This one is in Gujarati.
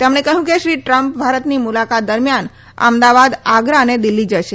તેમણે કહ્યું કે શ્રી ટ્રમ્પ ભારતની મુલાકાત દરમ્યાન અમદાવાદ આગ્રા અને દિલ્ફી જશે